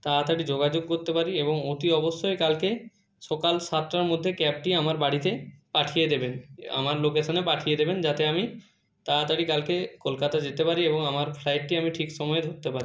তাড়াতাড়ি যোগাযোগ করতে পারি এবং অতি অবশ্যই কালকে সকাল সাতটার মধ্যে ক্যাবটি আমার বাড়িতে পাঠিয়ে দেবেন আমার লোকেশনে পাঠিয়ে দেবেন যাতে আমি তাড়াতাড়ি কালকে কলকাতা যেতে পারি এবং আমার ফ্লাইটটি আমি ঠিক সময়ে ধরতে পারি